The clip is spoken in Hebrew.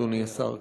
אדוני השר,